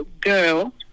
girl